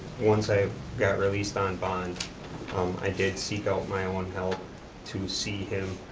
once i got released on bond um i did seek out my own help to see him,